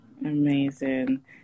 amazing